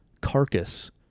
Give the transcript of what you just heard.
carcass